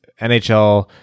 NHL